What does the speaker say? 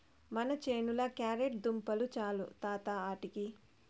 మన చేనుల క్యారెట్ దుంపలు చాలు తాత ఆటికి